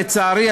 לצערי,